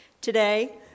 Today